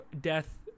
death